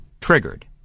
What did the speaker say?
triggered